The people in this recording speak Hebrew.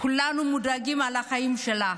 כולנו מודאגים לגבי החיים שלה.